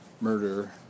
murder